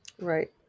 Right